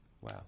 Wow